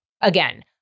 again